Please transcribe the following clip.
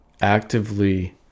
actively